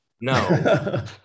No